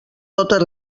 totes